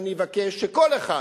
ואני אבקש שכל אחד